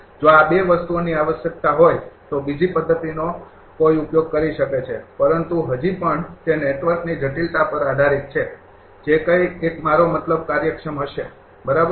જો આ ૨ વસ્તુઓની આવશ્યકતા હોય તો બીજી પદ્ધતિ નો કોઈ ઉપયોગ કરી શકે છે પરંતુ હજી પણ તે નેટવર્કની જટિલતા પર આધારીત છે જે કઈ એક મારો મતલબ કાર્યક્ષમ હશે બરાબર